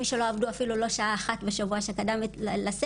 מי שלא עבדו אפילו לא שעה אחת בשבוע שקדם לסקר,